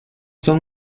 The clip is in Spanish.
son